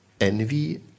envy